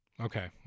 Okay